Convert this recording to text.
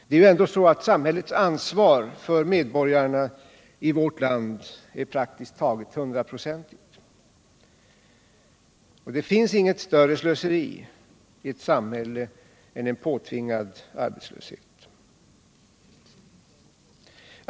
Det är ju ändå så att samhällets ansvar för medborgarna i vårt land är praktiskt taget hundraprocentigt, och det finns inget större slöseri i ett samhälle än en påtvingad arbetslöshet.